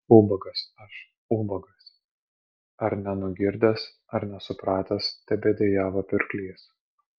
ubagas aš ubagas ar nenugirdęs ar nesupratęs tebedejavo pirklys